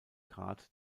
grad